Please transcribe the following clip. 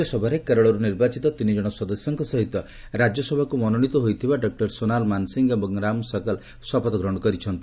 ରାଜ୍ୟସଭାରେ କେରଳର୍ ନିର୍ବାଚିତ ତିନିକ୍ଷଣ ସଦସ୍ୟଙ୍କ ସହିତ ରାଜ୍ୟସଭାକୁ ମନୋନୀତ ହୋଇଥିବା ଡକୁର ସୋନାଲ୍ ମାନସିଂ ଏବଂ ରାମ ସକଲ ଶପଥ ଗହଣ କରିଛନ୍ତି